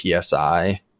PSI